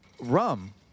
rum